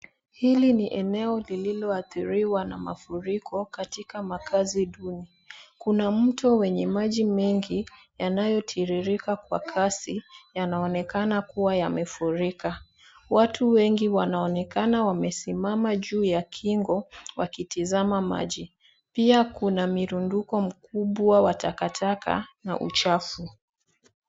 Hili ni eneo lililo adhiliwa na mafuriko katika makazi duni, kuna mto wenye maji mengi yanyo tiririka kwa kasi yanaonekana kuwa yamefurika. Watu wengi wanaonekana wamesimama juu ya kingo wakitizama maji pia kuna mirundiko mkubwa wa takataka na uchafu.